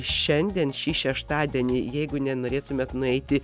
šiandien šį šeštadienį jeigu nenorėtumėt nueiti